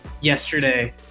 yesterday